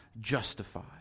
justified